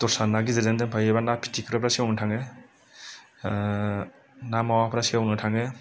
दसरा ना गिदिरजों दोनफायोबा ना फिथिख्रिया सेवनानै थाङो ना मावाफ्रा सेवनो थांङो